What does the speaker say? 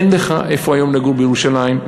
אין לך איפה לגור היום בירושלים.